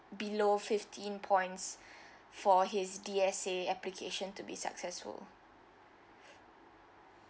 below fifteen points for his D_S_A application to be successful